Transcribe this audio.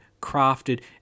crafted